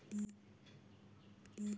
এক বিঘা জমিতে কত পরিমান এম.ও.পি ব্যবহার করব?